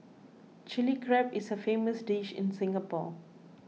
Chilli Crab is a famous dish in Singapore